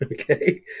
okay